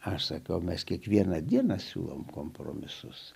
aš sakiau mes kiekvieną dieną siūlome kompromisus